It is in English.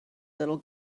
little